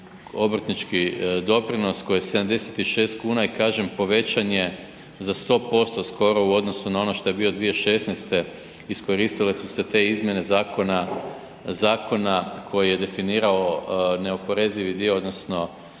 obrtnički doprinos koji je 76 kuna i kažem povećan je za 100% skoro u odnosnu na ono što je bio 2016., iskoristile su se te izmjene zakona, zakona koji je definirao neoporezivi dio odnosno